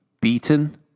beaten